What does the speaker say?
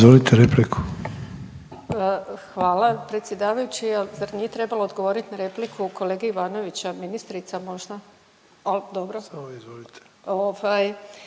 suverenisti)** Hvala predsjedavajući ali zar nije trebalo odgovorit na repliku kolege Ivanovića, ministrica možda. Al, dobro.